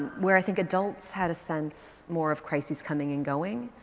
where i think adults had a sense more of crisis coming and going.